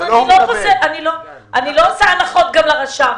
אני לא עושה הנחות לרשם.